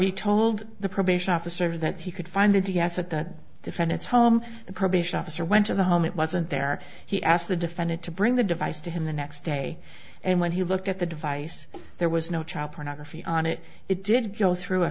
he told the probation officer that he could find it to guess at the defendant's home the probation officer went to the home it wasn't there he asked the defendant to bring the device to him the next day and when he looked at the device there was no child pornography on it it did go through a